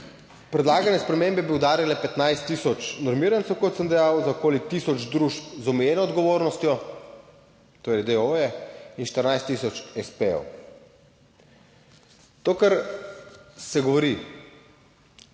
predlagane spremembe bi udarile 15 tisoč normirancev, kot sem dejal, za okoli tisoč družb z omejeno odgovornostjo, torej dooje, in 14 tisoč espejev. To, kar se govori,